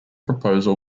proposal